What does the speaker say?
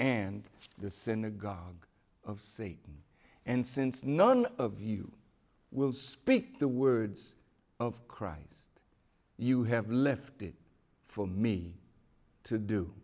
and the synagogue of satan and since none of you will speak the words of christ you have left it for me to do